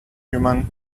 human